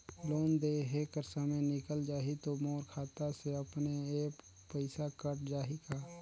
Loan देहे कर समय निकल जाही तो मोर खाता से अपने एप्प पइसा कट जाही का?